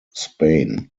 spain